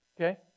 Okay